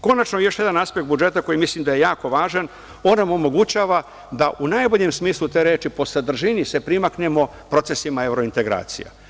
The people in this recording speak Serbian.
Konačno, još jedan aspekt budžeta koji mislim da je jako važan, on nam omogućava da u najboljem smislu te reči, po sadržini se primaknemo procesima evrointegracija.